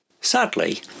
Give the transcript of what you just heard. Sadly